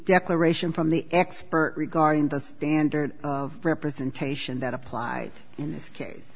declaration from the expert regarding the standard representation that apply in this case